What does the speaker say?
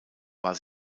war